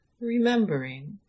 remembering